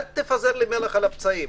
אל תפזר מלח על פצעיי,